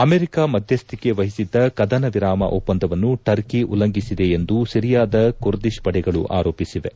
America ಮಧ್ಯಸ್ಥಿಕೆ ವಹಿಸಿದ್ದ ಕದನ ವಿರಾಮ ಒಪ್ಪಂದವನ್ನು ಟರ್ಕಿ ಉಲ್ಲಂಘಿಸಿದೆ ಎಂದು ಸಿರಿಯಾದ ಕುರ್ದಿತ್ ಪಡೆಗಳು ಆರೋಪಿಸಿವೆ